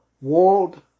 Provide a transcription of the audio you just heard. World